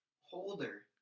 Holder